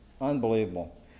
unbelievable